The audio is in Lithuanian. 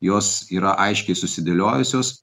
jos yra aiškiai susidėliojusios